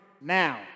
now